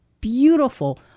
beautiful